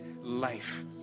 life